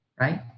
right